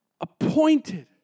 appointed